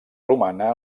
romana